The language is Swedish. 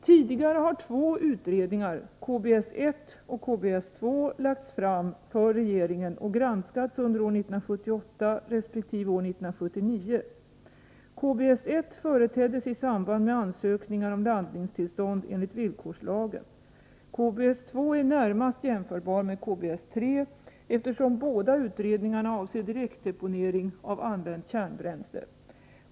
Tidigare har två utredningar, KBS-1 och KBS-2, lagts fram för regeringen och granskats under år 1978 resp. år 1979. KBS-1 företeddes i samband med ansökningar om laddningstillstånd enligt villkorslagen. KBS-2 är närmast kraftindustrins förjämförbar med KBS-3, eftersom båda utredningarna avser direktdeponering slag tillslutförvaav använt kärnbränsle.